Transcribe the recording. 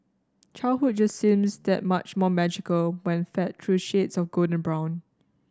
childhood just seems that much more magical when fed through shades of golden brown